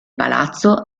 palazzo